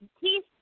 teeth